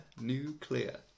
Nuclear